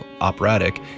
operatic